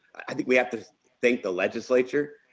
i think we have to thank the legislature.